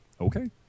Okay